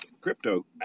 crypto